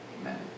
Amen